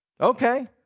Okay